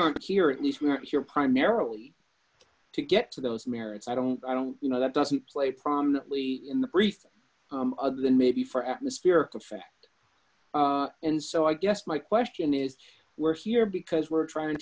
aren't here at least we're here primarily to get to those merits i don't i don't you know that doesn't play prominently in the brief other than maybe for atmosphere effect and so i guess my question is we're here because we're trying